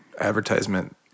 advertisement